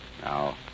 Now